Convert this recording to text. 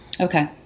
Okay